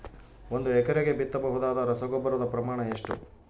ಒಂದು ಎಕರೆಗೆ ಬಿತ್ತಬಹುದಾದ ರಸಗೊಬ್ಬರದ ಪ್ರಮಾಣ ಎಷ್ಟು?